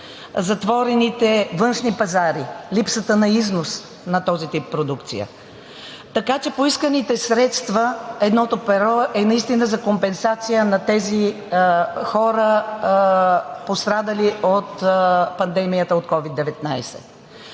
затворените външни пазари, липсата на износ на този тип продукция. Така че едното перо от поисканите средства е наистина за компенсация на тези хора, пострадали от пандемията от COVID-19.